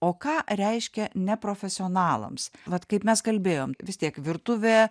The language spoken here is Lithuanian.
o ką reiškia ne profesionalams vat kaip mes kalbėjom vis tiek virtuvė